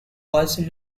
was